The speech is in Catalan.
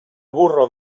burro